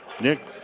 Nick